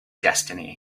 destiny